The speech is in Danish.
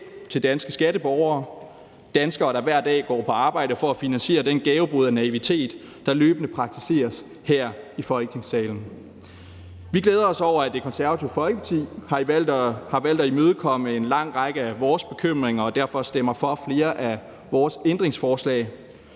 til danske skatteborgere, altså danskere, der hver dag går på arbejde for at finansiere den gavebod, der løbende og naivt praktiseres her i Folketingssalen. Vi glæder os over, at Det Konservative Folkeparti har valgt at imødekomme en lang række af vores bekymringer og derfor stemmer for flere af vores ændringsforslag.